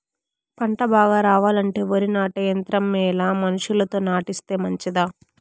పంట బాగా రావాలంటే వరి నాటే యంత్రం మేలా మనుషులతో నాటిస్తే మంచిదా?